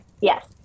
Yes